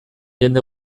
jende